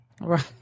Right